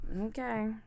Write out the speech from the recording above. Okay